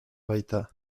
baita